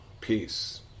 peace